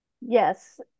Yes